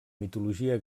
mitologia